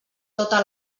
tota